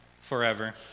forever